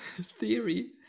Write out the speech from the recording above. theory